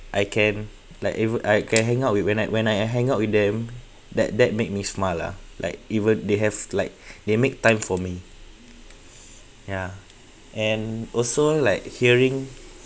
I can like even I can hang out with when I when I I hang out with them that that make me smile lah like even they have like they make time for me ya and also like hearing